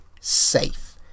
safe